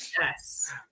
Yes